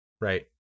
Right